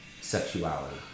sexuality